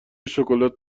شکلات